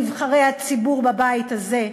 נבחרי הציבור בבית הזה,